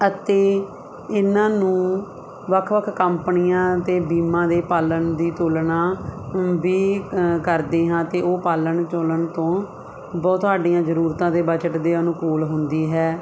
ਅਤੇ ਇਹਨਾਂ ਨੂੰ ਵੱਖ ਵੱਖ ਕੰਪਨੀਆਂ ਅਤੇ ਬੀਮਾ ਦੇ ਪਾਲਣ ਦੀ ਤੁਲਨਾ ਵੀ ਕਰਦੇ ਹਾਂ ਅਤੇ ਉਹ ਪਾਲਣ ਚੋਲਣ ਤੋਂ ਬਹੁਤ ਸਾਡੀਆਂ ਜ਼ਰੂਰਤਾਂ ਦੇ ਬਜਟ ਦੇ ਅਨੁਕੂਲ ਹੁੰਦੀ ਹੈ